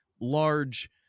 large